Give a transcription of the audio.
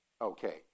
Okay